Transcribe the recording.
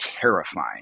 terrifying